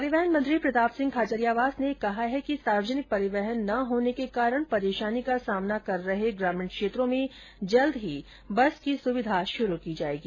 परिवहन मंत्री प्रताप सिंह खाचरियावास ने कहा है कि सार्यजनिक परिवहन न होने के कारण परेषानी का सामने कर रहे ग्रामीण क्षेत्रों में जल्द ही बस की सुविधा शुरू की जायेगी